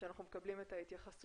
שאנחנו מקבלים את ההתייחסויות.